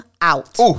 out